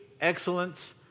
excellence